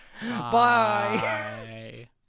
Bye